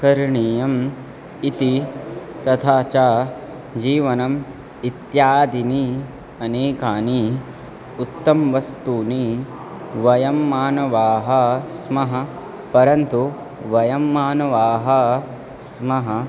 करणीयम् इति तथा च जीवनम् इत्यादीनि अनेकानि उत्तमं वस्तूनि वयं मानवाः स्मः परन्तु वयं मानवाः स्मः